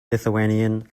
lithuanian